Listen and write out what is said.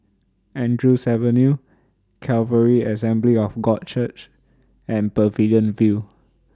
Andrews Avenue Calvary Assembly of God Church and Pavilion View